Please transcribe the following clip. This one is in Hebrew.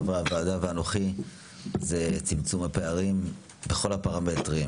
חברי הוועדה ואנוכי זה צמצום הפערים בכל הפרמטרים,